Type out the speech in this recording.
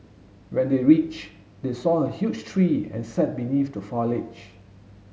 when they reach they saw a huge tree and sat beneath the foliage